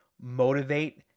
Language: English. motivate